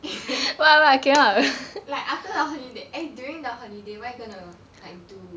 like after the holiday eh during the holiday what are you gonna like do